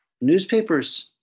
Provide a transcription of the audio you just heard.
newspapers